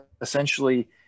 essentially